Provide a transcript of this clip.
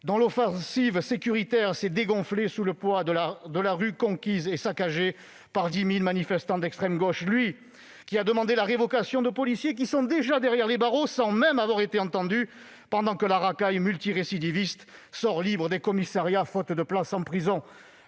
dont l'offensive sécuritaire s'est dégonflée sous le poids de la rue conquise et saccagée par 10 000 manifestants d'extrême gauche ! Elle ne croit plus en lui, qui a demandé la révocation de policiers qui sont déjà derrière les barreaux sans même avoir été entendus, pendant que la racaille multirécidiviste sort libre des commissariats faute de place en prison